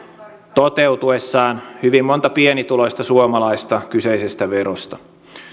toteutuessaan hyvin monta pienituloista suomalaista kyseisestä verosta